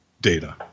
data